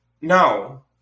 No